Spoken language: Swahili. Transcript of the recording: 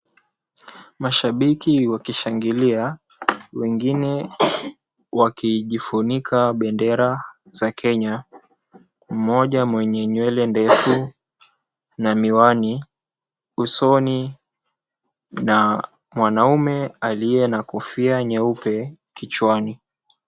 Mashabiki wakishangilia, wengine wakijifunika bendera za Kenya, mmoja mwenye nywele ndefu na miwani usoni na mwanaume aliye na kofia nyeupe kichwani.